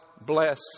bless